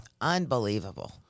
Unbelievable